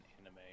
anime